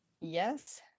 Yes